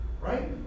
right